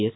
S